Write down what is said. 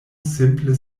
simple